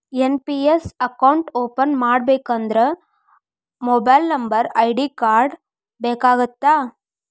NPS account open ಮಾಡಬೇಕಂದ್ರ mobile number ID card ಬೇಕಾಗತ್ತಾ?